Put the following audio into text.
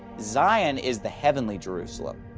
zion is the heavenly jerusalem,